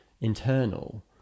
internal